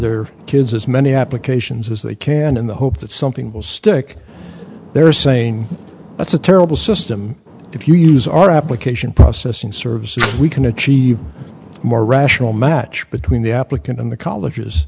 their kids as many applications as they can in the hope that something will stick there or say that's a terrible system if you use our application processing services we can achieve more rational match between the applicant and the colleges